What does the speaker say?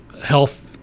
health